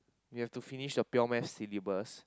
we have to finish the pure math syllabus